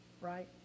Right